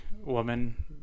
woman